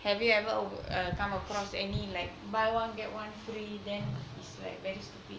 have you ever come across any like buy one get one free then is like very stupid